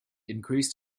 increased